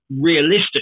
realistically